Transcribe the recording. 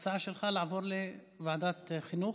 ההצעה שלך להעביר לוועדת החינוך?